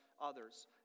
others